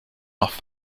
noch